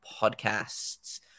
podcasts